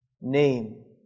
name